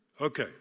Okay